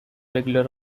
regular